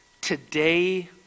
Today